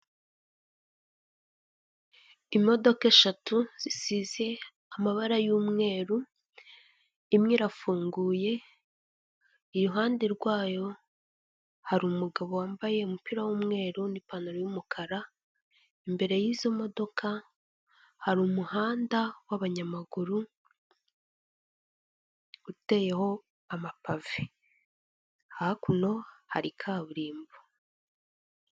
Imodoka eshatu zisize amabara y'umweru, imwe irafunguye iruhande rwayo hari umugabo wambaye umupira w'umweru n'ipantaro y'umukara imbere y'izo modoka hari umuhanda w'abanyamaguru uteyeho amapavi, hakuno hari kaburimbo.